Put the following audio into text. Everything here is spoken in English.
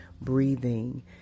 breathing